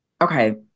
Okay